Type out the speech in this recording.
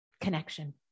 connection